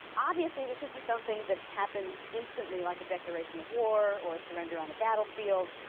obviously this isn't something that happens instantly like a declaration of war or a surrender on a battlefield,